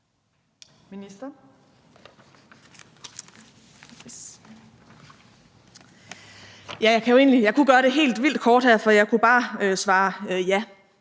Jeg kunne gøre det helt vildt kort, for jeg kunne bare svare ja,